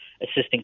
assistant